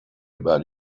about